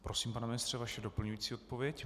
Prosím, pane ministře, vaše doplňující odpověď.